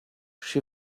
she